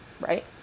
Right